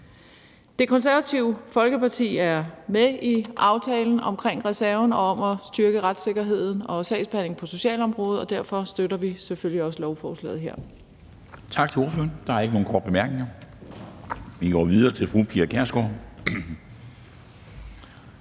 Det Konservative Folkeparti er med i aftalen omkring reserven og om at styrke retssikkerheden og sagsbehandlingen på socialområdet, og derfor støtter vi selvfølgelig også lovforslaget her.